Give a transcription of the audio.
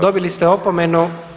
Dobili ste opomenu.